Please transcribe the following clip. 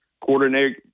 coordinator